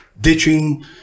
ditching